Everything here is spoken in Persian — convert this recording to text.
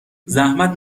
زحمت